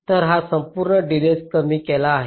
तर हा संपूर्ण डिलेज कमी केला आहे